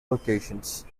locations